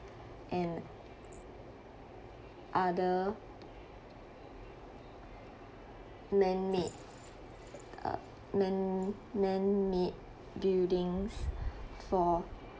and other man-made err man~ man-made buildings for